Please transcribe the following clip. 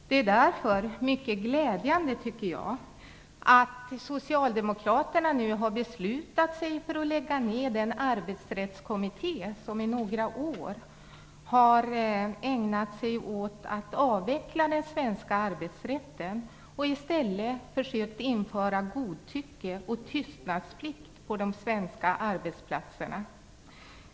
Det är därför mycket glädjande att Socialdemokraterna nu har beslutat sig för att lägga ned den arbetsrättskommitté som i några år har ägnat sig åt att avveckla den svenska arbetsrätten och försökt införa godtycke och tystnadsplikt på de svenska arbetsplatserna.